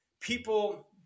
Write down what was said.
people